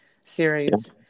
series